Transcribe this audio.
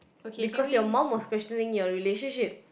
because your mum was questioning your relationship